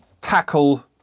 tackle